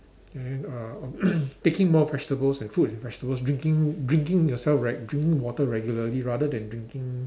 and uh taking more vegetables and fruits and vegetables drinking drinking yourself re~ drinking water regularly rather than drinking